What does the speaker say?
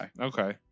Okay